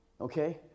okay